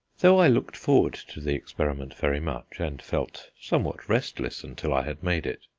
though i looked forward to the experiment very much, and felt somewhat restless until i had made it,